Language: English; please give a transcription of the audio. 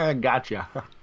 Gotcha